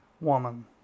woman